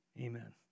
amen